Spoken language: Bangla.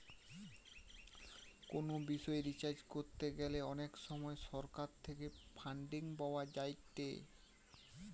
কোনো বিষয় রিসার্চ করতে গ্যালে অনেক সময় সরকার থেকে ফান্ডিং পাওয়া যায়েটে